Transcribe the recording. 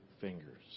fingers